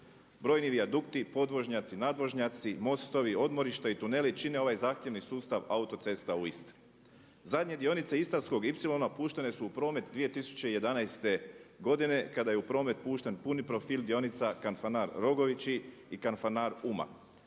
Brojni vijadukti, podvožnjaci, nadvožnjaci, mostovi, odmorišta i tuneli čine ovaj zahtjevni sustav autocesta u Istri. Zadnje dionice Istarskog ipsilona puštene su u promet 2011. godine kada je u promet pušten puni profil dionica Kanfanar-Rogovići i Kanfanar-Umag.